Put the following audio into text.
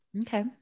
Okay